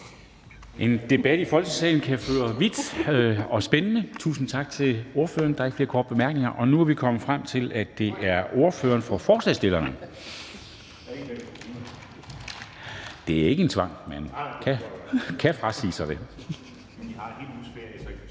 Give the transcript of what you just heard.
En debat i Folketingssalen kan føre os vidt omkring og være spændende. Tusind tak til ordføreren. Der er ikke flere korte bemærkninger. Og nu er vi så kommet frem til, at det er ordføreren for forslagsstillerne. Der er ingen tvang, og man kan frasige sig retten til at holde sin tale,